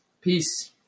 Peace